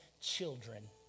children